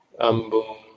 ambu